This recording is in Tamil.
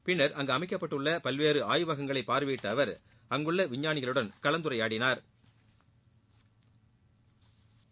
பின்ளா அங்கு அமைக்கப்பட்டுள்ள பல்வேறு ஆய்வகங்ககளை பார்வையிட்ட அவர் அங்குள்ள விஞ்ஞானிகளுடன் கலந்துரையாடினா்